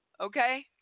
Okay